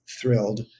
thrilled